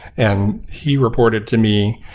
and he reported to me.